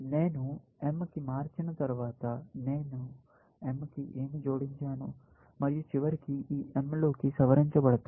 నేను m ని మార్చిన తర్వాత నేను m కి ఏమీ జోడించను మరియు చివరికి ఈ m లన్నీ సవరించబడతాయి